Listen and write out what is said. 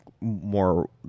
more